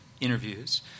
interviews